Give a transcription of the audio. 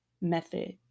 method